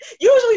usually